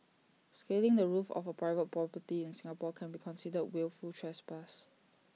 scaling the roof of A private property in Singapore can be considered wilful trespass